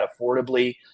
affordably